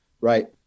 Right